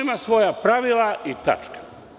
Ima svoja pravila i tačka.